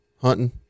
hunting